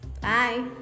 Bye